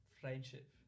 friendship